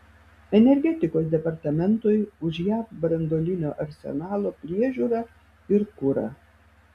energetikos departamentui už jav branduolinio arsenalo priežiūrą ir kurą